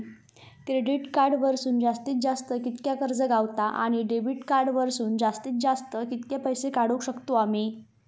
Credit card वरसून जास्तीत जास्त कितक्या कर्ज गावता, आणि डेबिट कार्ड वरसून जास्तीत जास्त कितके पैसे काढुक शकतू आम्ही?